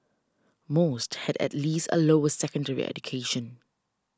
most had at least a lower secondary education